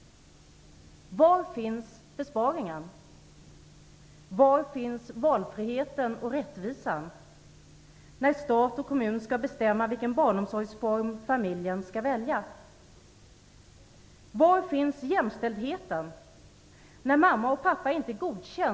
Var finns besparingen? Var finns valfriheten och rättvisan när stat och kommun skall bestämma vilken barnomsorgsform familjen skall välja?